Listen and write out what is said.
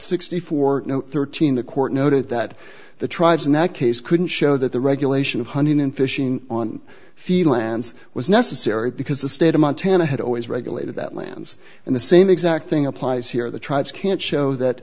and thirteen dollars the court noted that the tribes in that case couldn't show that the regulation of hunting and fishing on fee lands was necessary because the state of montana had always regulated that lands in the same exact thing applies here the tribes can't show that